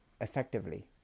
effectively